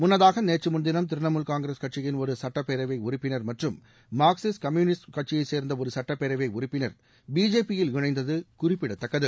முன்னதாக முன்தினம் திரிணாமுல் காங்கிரஸ் கட்சியின் ஒரு சட்டப்பேரவை உறுப்பினர் ம்ற்று ம் மார்க்சிஸ்ட் கம்யஆனிஸ்ட் கட்சியைச் சேர்ந்த ஒரு சட்டப் பேரவை உறுப்பினர் பிஜேபியில் இணந்தது குறிப்பிடத்தக்கது